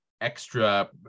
extra